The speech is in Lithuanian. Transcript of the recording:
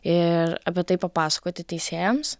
ir apie tai papasakoti teisėjams